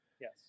Yes